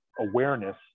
awareness